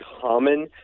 common